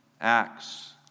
Acts